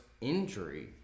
injury